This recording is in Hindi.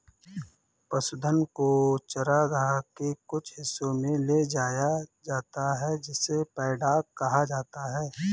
पशुधन को चरागाह के कुछ हिस्सों में ले जाया जाता है जिसे पैडॉक कहा जाता है